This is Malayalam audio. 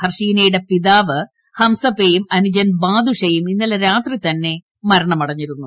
ഹർഷീനയുടെ പിതാവ് ഹംസപ്പയും അനുജൻ ബാദുഷയും ഇന്നലെ രാത്രി തന്നെ മരണപ്പെട്ടിരുന്നു